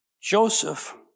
Joseph